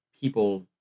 people